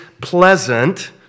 pleasant